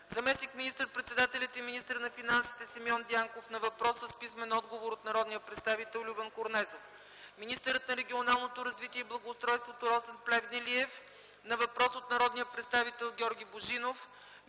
заместник министър-председателят и министър на финансите Симеон Дянков – на въпрос с писмен отговор от народния представител Любен Корнезов; - министърът на регионалното развитие и благоустройството Росен Плевнелиев – на въпрос от народния представител Георги Божинов;